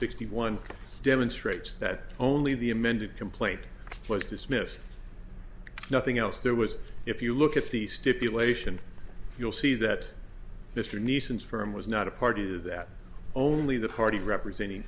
sixty one demonstrates that only the amended complaint was dismissed nothing else there was if you look at the stipulation you'll see that mr nissan's firm was not a party that only the party representing